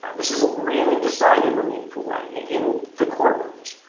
this isn't really decided in a meaningful way in the courtrooms,